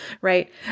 right